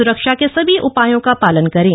सुरक्षा के सभी उपायों का पालन करें